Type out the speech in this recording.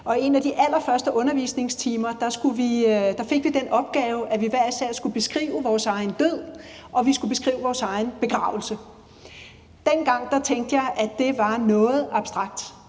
og i en af de allerførste undervisningstimer fik vi den opgave, at vi hver især skulle beskrive vores egen død og vi skulle beskrive vores egen begravelse. Dengang tænkte jeg, at det var noget abstrakt,